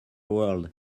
world